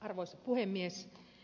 arvoisa puhemies